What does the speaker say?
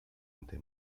ante